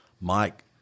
Mike